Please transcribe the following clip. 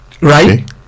right